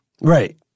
Right